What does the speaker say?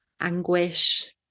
anguish